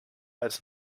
als